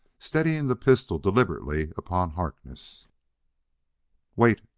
steadying the pistol deliberately upon harkness wait!